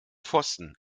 pfosten